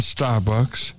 Starbucks